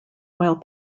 while